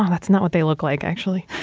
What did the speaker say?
that's not what they look like, actually.